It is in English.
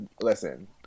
Listen